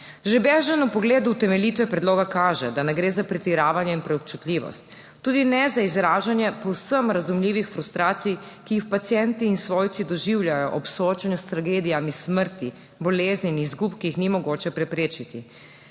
Že bežen pogled utemeljitve predloga kaže, da ne gre za pretiravanje in preobčutljivost, tudi ne za izražanje povsem razumljivih frustracij, ki jih pacienti in svojci doživljajo ob soočenju s tragedijami smrti, bolezni in izgub, ki jih ni mogoče preprečiti.